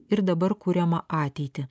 ir dabar kuriamą ateitį